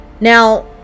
Now